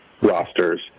rosters